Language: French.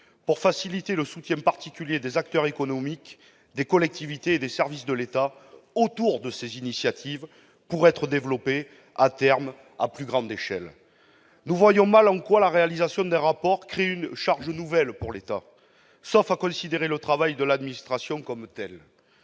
pour faciliter le soutien particulier des acteurs économiques, des collectivités territoriales et des services de l'État autour de ces initiatives : à terme, l'enjeu est de développer ces dernières à plus grande échelle. Nous voyons mal en quoi la rédaction d'un rapport crée une charge nouvelle pour l'État, sauf à considérer le travail de l'administration comme tel.